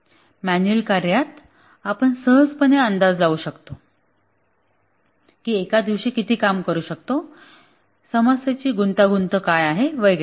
manual कार्यात आपण सहजपणे अंदाज लावू शकतो की एका दिवशी किती काम करू शकतो समस्येची गुंतागुंत काय आहे वगैरे